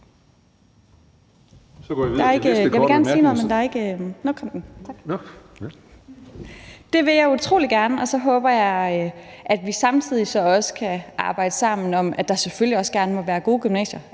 Det vil jeg utrolig gerne. Og så håber jeg, at vi samtidig også kan arbejde sammen om, at der selvfølgelig gerne må være gode gymnasier,